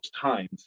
times